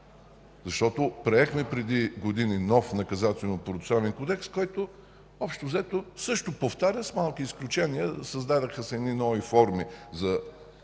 Защото приехме преди години нов Наказателно-процесуален кодекс, който общо взето също повтаря с малки изключения – създадоха се едни нови форми за